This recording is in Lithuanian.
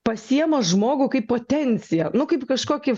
pasiema žmogų kaip potenciją nu kaip kažkokį